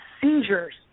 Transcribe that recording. seizures